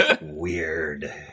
weird